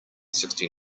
sixty